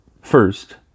First